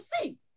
see